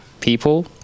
people